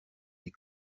des